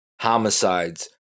homicides